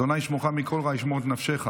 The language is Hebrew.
ה' ישמרך מכל רע ישמר את נפשך.